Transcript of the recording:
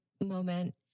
moment